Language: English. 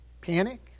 panic